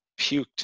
puked